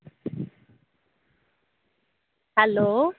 hello